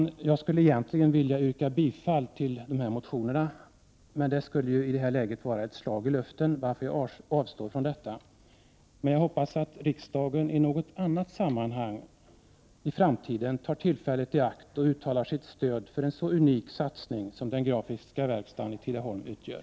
Egentligen skulle jag vilja yrka bifall till motionerna 222 och 223, men det skulle ju i detta läga vara ett slag i luften, varför jag avstår från det. Jag hoppas att riksdagen i något annat sammanhang i framtiden tar tillfället i akt och uttalar sitt stöd för en så unik satsning som den grafiska verkstaden i Tidaholm utgör.